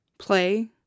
Play